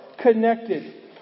connected